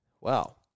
wow